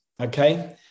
okay